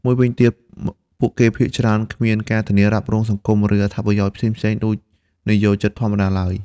មួយវិញទៀត ពួកគេភាគច្រើន គ្មានការធានារ៉ាប់រងសង្គម ឬអត្ថប្រយោជន៍ផ្សេងៗដូចនិយោជិតធម្មតាឡើយ។